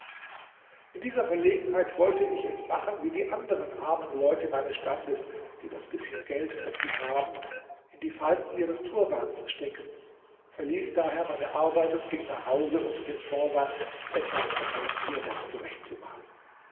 in dieser verlegenheit wollte ich es machen wie die anderen armen leute meines standes die das bißchen geld das sie haben in die falten ihres turbans stecken verließ daher meine arbeit und ging nach hause unter dem vorwand etwas an meinem turban